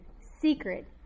secret